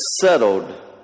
settled